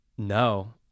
no